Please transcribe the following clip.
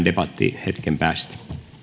debattiin sitten hetken päästä